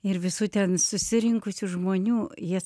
ir visų ten susirinkusių žmonių jie